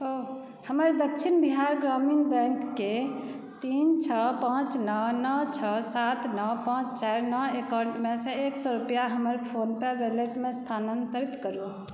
हमर दक्षिण बिहार ग्रामीण बैंकके तीन छओ पाँच नओ नओ छओ सात नओ पाँच चारि नओ एकाउन्टमे सँ एक सए रुपैआ हमर फोनपे वैलेटमे स्थानांतरित करू